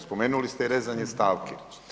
Spomenuli ste i rezanje stavki.